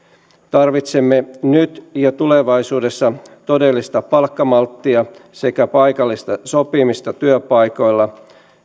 tarvitsemme nyt ja tulevaisuudessa todellista palkkamalttia sekä paikallista sopimista työpaikoilla